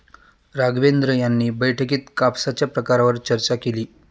राघवेंद्र यांनी बैठकीत कापसाच्या प्रकारांवर चर्चा केली